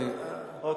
אדוני.